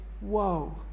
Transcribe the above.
whoa